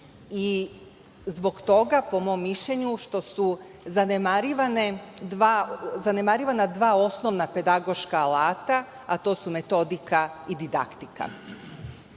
i zbog toga, po mom mišljenju, što su zanemarivana dva osnovna pedagoška alata, a to su metodika i didaktika. Šta